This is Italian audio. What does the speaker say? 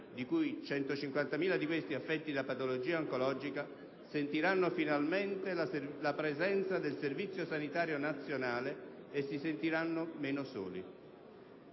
di cui 150.000 affetti da patologia oncologica - sentiranno finalmente la presenza del Servizio sanitario nazionale e si sentiranno meno soli.